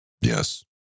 Yes